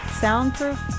soundproof